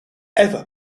ever